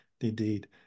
indeed